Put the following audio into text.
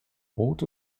rot